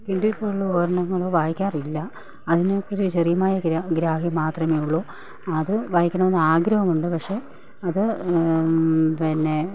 Kindle പോലുള്ള ഉപകരണങ്ങൾ വായിക്കാറില്ല അതിന് ഒരു ചെറിയമായ ഗ്രാഹ്യം മാത്രമേ ഉള്ളു അത് വായിക്കണമെന്ന് ആഗ്രഹമുണ്ട് പക്ഷെ അത് പിന്നെ